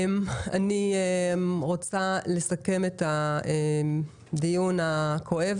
אני רוצה לסכם את הדיון הכואב